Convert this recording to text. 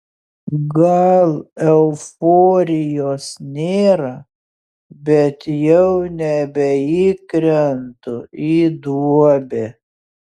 gal euforijos nėra bet jau nebeįkrentu į duobę